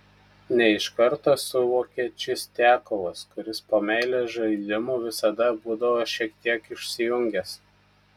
ne iš karto suvokė čistiakovas kuris po meilės žaidimų visada būdavo šiek tiek išsijungęs